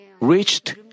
reached